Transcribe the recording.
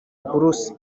buruse